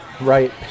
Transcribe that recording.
Right